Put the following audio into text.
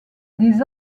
des